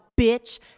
bitch